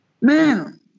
Man